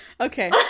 Okay